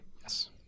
Yes